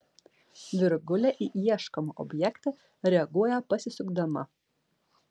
virgulė į ieškomą objektą reaguoja pasisukdama